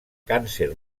càncer